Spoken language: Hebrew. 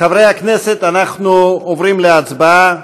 חברי הכנסת, אנחנו עוברים להצבעה.